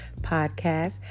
Podcast